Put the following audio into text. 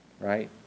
Right